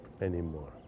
anymore